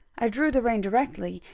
i drew the rein directly,